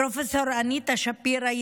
פרופ' אניטה שפירא,